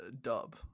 dub